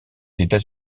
états